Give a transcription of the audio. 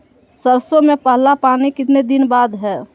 सरसों में पहला पानी कितने दिन बाद है?